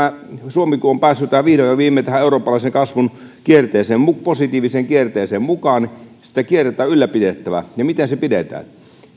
suomi on päässyt vihdoin ja viimein tähän eurooppalaisen kasvun kierteeseen positiiviseen kierteeseen mukaan niin sitä kierrettä on ylläpidettävä miten se pidetään